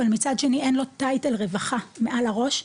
אבל מצד שני אין לו טייטל רווחה מעל הראש,